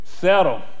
settle